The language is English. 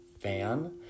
fan